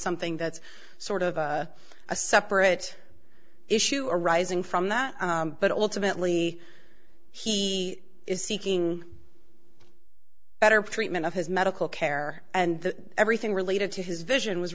something that's sort of a separate issue arising from that but ultimately he is seeking better treatment of his medical care and everything related to his vision was